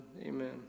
Amen